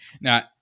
Now